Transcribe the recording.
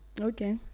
okay